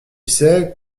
sais